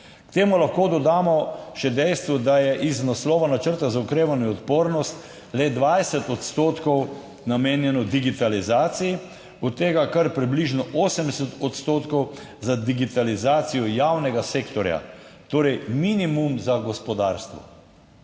K temu lahko dodamo še dejstvo, da je iz naslova načrta za okrevanje in odpornost le 20 odstotkov namenjeno digitalizaciji, od tega kar približno 80 odstotkov za digitalizacijo javnega sektorja, torej minimum za gospodarstvo,